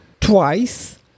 twice